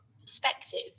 perspective